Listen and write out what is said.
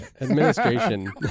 Administration